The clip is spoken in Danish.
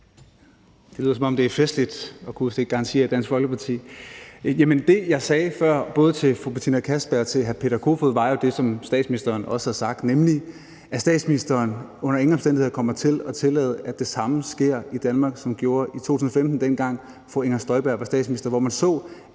Det lyder, som om det er festligt at kunne udstikke garantier i Dansk Folkeparti. Det, jeg sagde før til både fru Betina Kastbjerg og til hr. Peter Kofod, var jo det, som statsministeren også har sagt, nemlig at statsministeren under ingen omstændigheder kommer til at tillade, at det, der skete i 2015, dengang fru Inger Støjberg var integrationsminister, kommer til